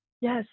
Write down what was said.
yes